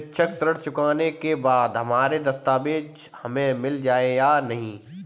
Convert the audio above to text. शिक्षा ऋण चुकाने के बाद हमारे दस्तावेज हमें मिल जाएंगे या नहीं?